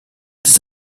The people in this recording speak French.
des